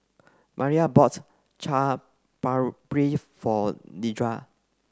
Maira bought Chaat Papri for Dedra